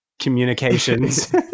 Communications